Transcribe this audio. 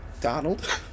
Donald